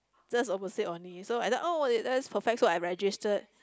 just opposite only so I thought oh that's perfect so I registered